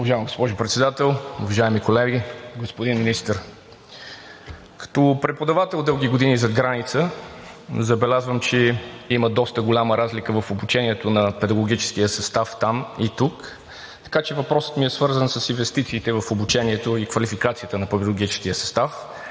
Уважаема госпожо Председател, уважаеми колеги, господин Министър! Като преподавател дълги години зад граница, забелязвам, че има доста голяма разлика в обучението на педагогическия състав там и тук. Така че въпросът ми е свързан с инвестициите в обучението и квалификацията на педагогическия състав